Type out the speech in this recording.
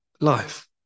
life